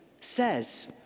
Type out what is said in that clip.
says